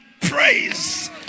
praise